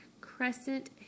crescent